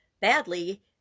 badly